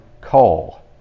coal